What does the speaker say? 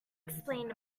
explain